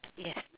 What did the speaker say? yes